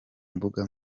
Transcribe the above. mbuga